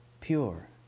pure